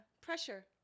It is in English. Pressure